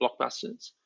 blockbusters